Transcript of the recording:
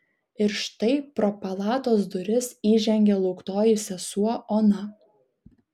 ir štai pro palatos duris įžengė lauktoji sesuo ona